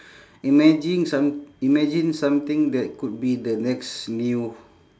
imagine some~ imagine something that could be the next new